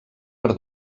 per